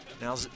Now